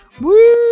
Woo